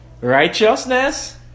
righteousness